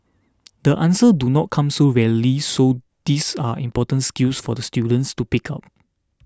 the answers do not come so readily so these are important skills for the students to pick up